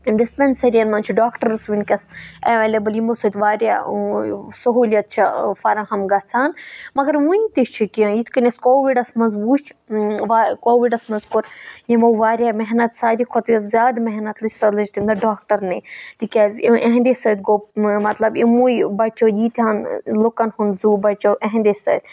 ڈِسپینسٔریَن منٛز چھِ ڈاکٹٲرس ونکیٚس اویلیبٕل یِمو سۭتۍ واریاہ سہوٗلیت چھِ فراہَم گژھان مگر وٕنہِ تہِ چھِ کینٛہہ یِتھ کٔنۍ أسۍ کووِڈَس منٛز وُچھ کووِڈَس منٛز کوٚر یِمو واریاہ محنت ساروی کھۄتہٕ زیادٕ محنت لٔج سۄ لٔج تمہِ دۄہ ڈاکٹَرنے تِکیٛازِ اِہنٛدے سۭتۍ گوٚو مطلب یِموٕے بَچو ییٖتہَن لُکَن ہُنٛد زُو بَچو اِہنٛدے سۭتۍ